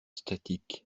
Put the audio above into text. statiques